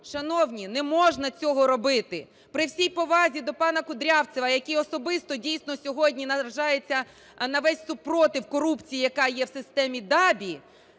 Шановні, не можна цього робити. При всій повазі до пана Кудрявцева, який особисто, дійсно, сьогодні наражається на весь супротив корупції, яка є в системі ДАБІ,